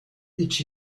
each